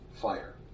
fire